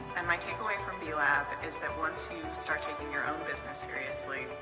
and my takeaway from b-lab is that once you start taking your own business seriously,